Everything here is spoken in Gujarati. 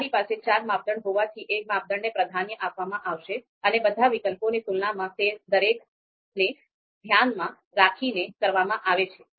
અમારી પાસે ચાર માપદંડ હોવાથી એક માપદંડને પ્રાધાન્ય આપવામાં આવશે અને બધા વિકલ્પોની તુલનામાં તે દરેકને ધ્યાનમાં રાખીને કરવામાં આવે છે